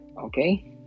okay